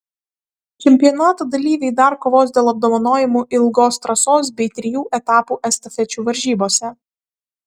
čempionato dalyviai dar kovos dėl apdovanojimų ilgos trasos bei trijų etapų estafečių varžybose